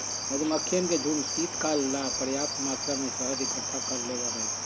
मधुमक्खियन के झुंड शीतकाल ला पर्याप्त मात्रा में शहद इकट्ठा कर लेबा हई